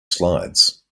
slides